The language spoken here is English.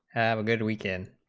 have a good weekend